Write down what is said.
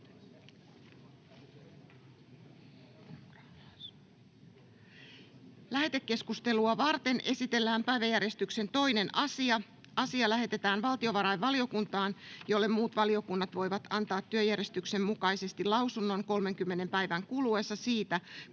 Lähetekeskustelua varten esitellään päiväjärjestyksen 2. asia. Asia lähetetään valtiovarainvaliokuntaan, jolle muut valiokunnat voivat antaa työjärjestyksen mukaisesti lausunnon 30 päivän kuluessa siitä,